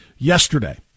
Yesterday